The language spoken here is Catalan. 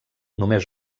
només